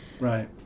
Right